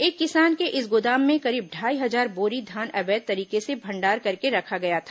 एक किसान के इस गोदाम में करीब ढाई हजार बोरी धान अवैध तरीके से भंडार करके रखा गया था